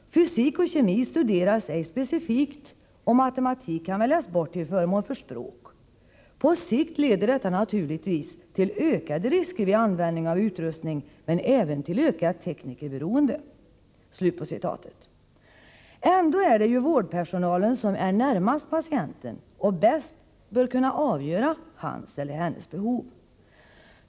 Fysik och kemi studeras ej specifikt och matematik kan väljas bort till förmån för språk. På sikt leder detta naturligtvis till ökade risker vid användning av utrustning men även till ökat teknikerberoende.” Ändå är det ju vårdpersonalen som är närmast patienten och bäst bör kunna avgöra hans eller hennes behov.